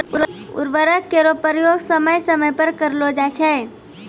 उर्वरक केरो प्रयोग समय समय पर करलो जाय छै